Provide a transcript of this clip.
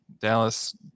dallas